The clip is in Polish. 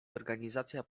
organizacja